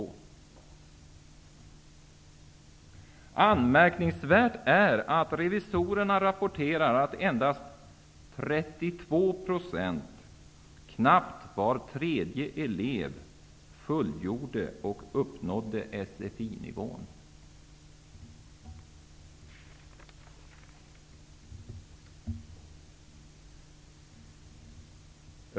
Det är anmärkningsvärt att revisorerna rapporterar att endast 32 %, knappt var tredje elev, fullgjorde utbildningen och uppnådde sfi-nivån.